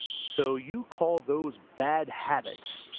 so you call those bad habits!